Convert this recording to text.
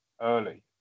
early